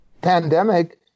pandemic